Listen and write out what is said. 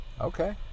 Okay